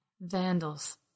vandals